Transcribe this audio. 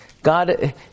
God